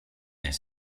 their